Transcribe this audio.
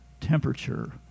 temperature